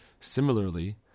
Similarly